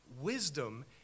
wisdom